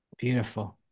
Beautiful